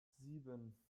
sieben